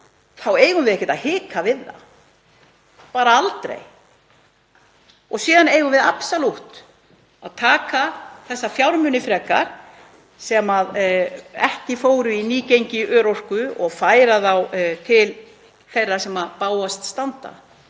þá eigum við ekkert að hika við það, bara aldrei. Og síðan eigum við absalútt að taka þessa fjármuni sem ekki fóru í nýgengi örorku og færa þá til þeirra sem bágast standa.